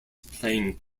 playing